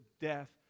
death